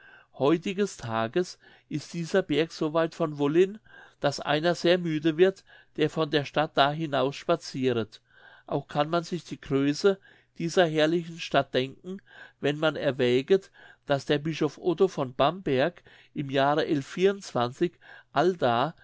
heutiges tages ist dieser berg so weit von wollin daß einer sehr müde wird der von der stadt da hinaus spatziret auch kann man sich die größe dieser herrlichen stadt denken wenn man erwäget daß der bischof otto von bamberg im jahre allda